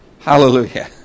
Hallelujah